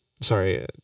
sorry